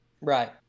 Right